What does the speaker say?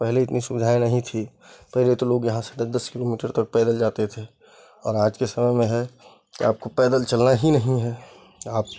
पहले इतनी सुविधाएँ नहीं थी पहले तो लोग यहाँ से दस दस किलोमीटर तक पैदल जाते थे और आज के समय में है कि आपको पैदल चलना ही नहीं है आप